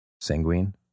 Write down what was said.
Sanguine